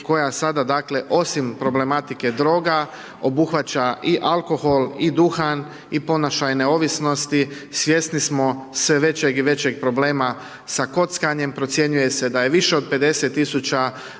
koja sada dakle, osim problematike droga, obuhvaća i alkohol i duhan i ponašajne ovisnosti. Svjesni smo sve većeg i većeg problema sa kockanjem, procjenjuje se da je više od 50